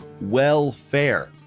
welfare